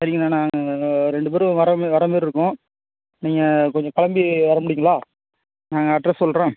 சரிங்கண்ண ரெண்டு பேரும் வரமே வரமாரி இருக்கும் நீங்கள் கொஞ்சம் கிளம்பி வர முடியுங்களா நான் அட்ரஸ் சொல்கிறேன்